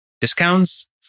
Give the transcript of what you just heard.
Discounts